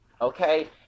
Okay